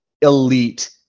elite